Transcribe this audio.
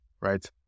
right